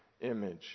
image